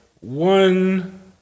One